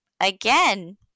again